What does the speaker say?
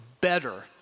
better